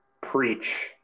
preach